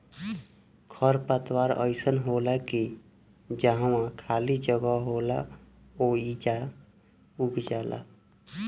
खर पतवार अइसन होला की जहवा खाली जगह होला ओइजा उग जाला